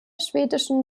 schwedischen